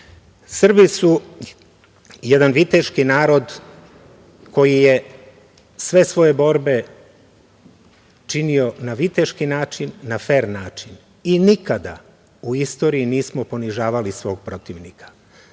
Srbi su jedan viteški narod koji je sve svoje borbe činio na viteški način, na fer način i nikada u istoriji nismo ponižavali svog protivnika.